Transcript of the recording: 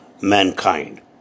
mankind